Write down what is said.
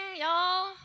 y'all